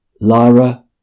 Lyra